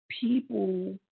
people